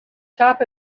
top